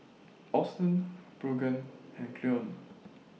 Austen Brogan and Cleone